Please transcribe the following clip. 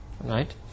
Right